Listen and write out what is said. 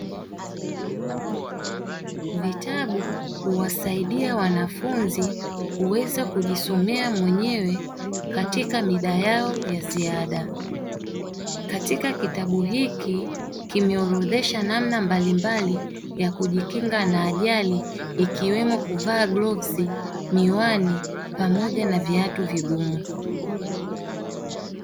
Vitabu huwasaidia wanafunzi kuweza kujisomea mwenyewe katika mida yao ya ziada, katika kitabu hiki kimeorodhesha namna mbalimbali ya kujikinga na ajali, ikiwemo kuvaa glovu, miwani pamoja na viatu vigumu.